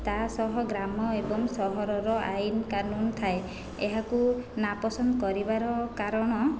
ତା' ସହ ଗ୍ରାମ ଏବଂ ସହରର ଆଇନ କାନୁନ ଥାଏ ଏହାକୁ ନାପସନ୍ଦ କରିବାର କାରଣ